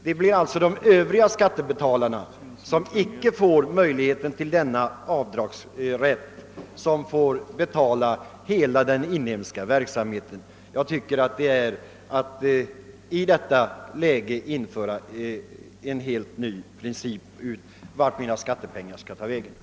Det blir alltså de skattebetalare som inte erhåller avdragsrätt som får betala hela den inhemska verksamheten. Jag tycker alltså att detta vore att införa en helt ny princip för användningen av skattepengarna.